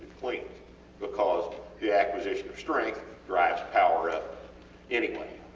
clean because the acquisition of strength drives power up anyway.